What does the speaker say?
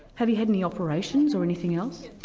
have you had any operations or anything else?